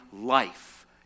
life